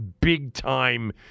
big-time